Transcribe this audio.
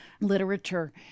literature